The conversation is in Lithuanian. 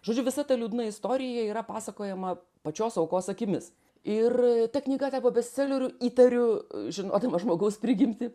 žodžiu visa ta liūdna istorija yra pasakojama pačios aukos akimis ir ta knyga tapo bestseleriu įtariu žinodama žmogaus prigimtį